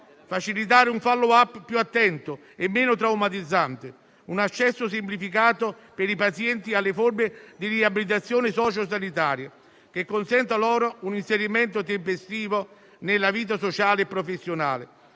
facilitare un *follow-up* più attento e meno traumatizzante, con un accesso semplificato per i pazienti alle forme di riabilitazione socio-sanitaria che consenta loro un inserimento tempestivo nella vita sociale e professionale;